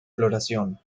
floración